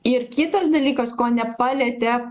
ir kitas dalykas ko nepalietė